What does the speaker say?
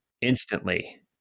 instantly